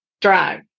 drive